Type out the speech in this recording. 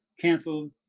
canceled